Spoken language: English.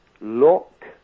look